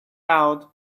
out